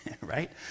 Right